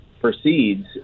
proceeds